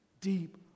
deep